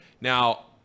Now